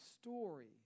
story